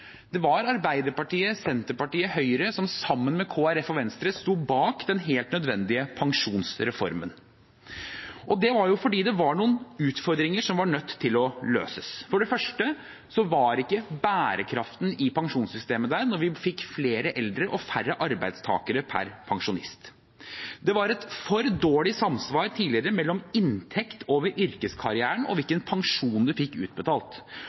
Det var Arbeiderpartiet, Senterpartiet og Høyre som – sammen med Kristelig Folkeparti og Venstre – sto bak den helt nødvendige pensjonsreformen, og det var jo fordi det var noen utfordringer som var nødt til å løses. For det første var ikke bærekraften i pensjonssystemet der da vi fikk flere eldre og færre arbeidstakere per pensjonist. Det var et for dårlig samsvar tidligere mellom inntekt over yrkeskarrieren og hvilken pensjon man fikk utbetalt,